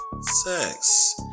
sex